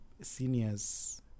seniors